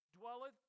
dwelleth